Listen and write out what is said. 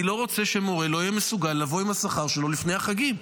אני לא רוצה שמורה לא יהיה מסוגל לבוא עם השכר שלו לפני החגים.